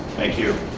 thank you.